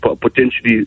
potentially